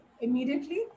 immediately